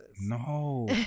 No